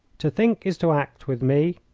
to think is to act with me.